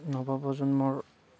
নৱ প্ৰজন্মৰ